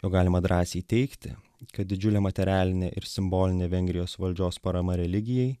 jog galima drąsiai teigti kad didžiulė materialinė ir simbolinė vengrijos valdžios parama religijai